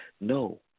No